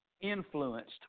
influenced